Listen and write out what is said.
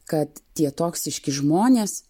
kad tie toksiški žmonės